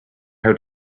how